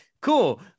Cool